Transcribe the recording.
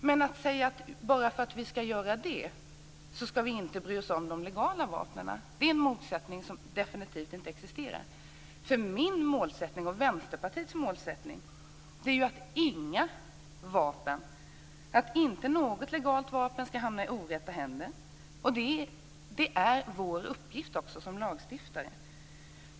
Men att säga att bara för att vi ska göra detta så ska vi inte bry oss om de legala vapnen är att tala om en motsättning som definitivt inte existerar. Min och Vänsterpartiets målsättning är att inga vapen - inte något legalt vapen - ska hamna i orätta händer. Det är också vår uppgift som lagstiftare.